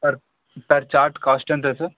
sir sir charts cost ఎంత sir